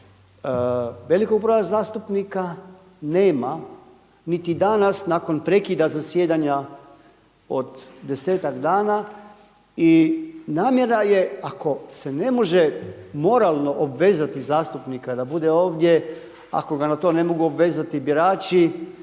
velikog broja zastupnika nema niti danas nakon prekida zasjedanja od desetak dana i namjera je ako se ne može moralno obvezati zastupnika da bude ovdje, ako ga na to ne mogu obvezati birači,